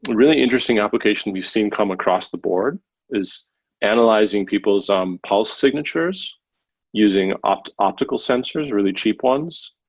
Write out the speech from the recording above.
really interesting application we've seen come across the board is analyzing people's um pulse signatures using ah optical sensors, really cheap ones,